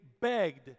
begged